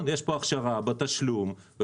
יש פה הכשרה בתשלום.